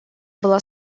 была